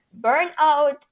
burnout